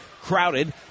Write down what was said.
Crowded